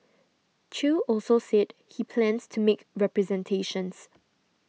Chew also said he plans to make representations